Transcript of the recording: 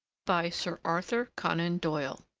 by sir arthur conan doyle